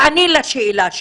תעני לשאלה שלי.